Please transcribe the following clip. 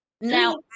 Now